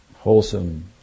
wholesome